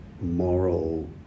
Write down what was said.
moral